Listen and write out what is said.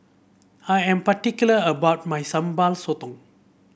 I am particular about my Sambal Sotong